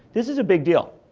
this is a big deal.